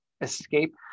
escape